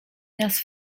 nas